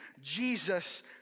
Jesus